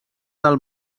del